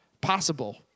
possible